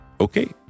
Okay